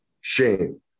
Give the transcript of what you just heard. shame